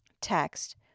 text